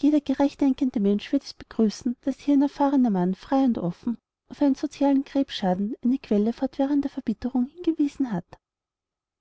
jeder gerecht denkende mensch wird es begrüßen daß hier ein erfahrener mann frei und offen auf einen sozialen krebsschaden eine quelle fortwährender verbitterung hingewiesen hat